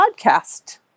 podcast